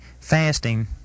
fasting